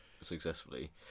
successfully